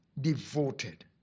devoted